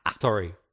Sorry